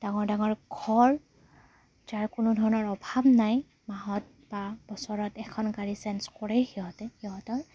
ডাঙৰ ডাঙৰ ঘৰ যাৰ কোনো ধৰণৰ অভাৱ নাই মাহত বা বছৰত এখন গাড়ী চেঞ্জ কৰেই সিহঁতে সিহঁতৰ